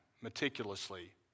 meticulously